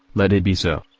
let it be so.